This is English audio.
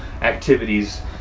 activities